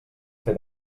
fer